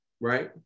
right